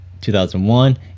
2001